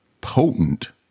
potent